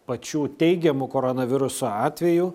pačių teigiamų koronaviruso atvejų